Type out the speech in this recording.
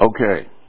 Okay